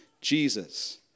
Jesus